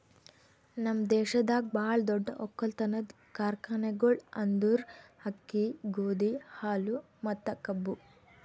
ನಮ್ ದೇಶದಾಗ್ ಭಾಳ ದೊಡ್ಡ ಒಕ್ಕಲತನದ್ ಕಾರ್ಖಾನೆಗೊಳ್ ಅಂದುರ್ ಅಕ್ಕಿ, ಗೋದಿ, ಹಾಲು ಮತ್ತ ಕಬ್ಬು